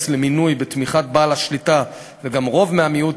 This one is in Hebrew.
למינוי בתמיכת בעל השליטה וגם רוב מהמיעוט,